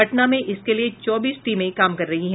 पटना में इसके लिए चौबीस टीमें काम कर रही हैं